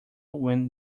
when